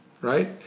right